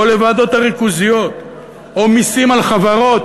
לוועדות הריכוזיות או מסים על חברות,